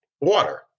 water